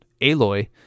Aloy